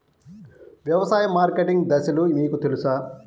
వ్యవసాయ మార్కెటింగ్ దశలు మీకు తెలుసా?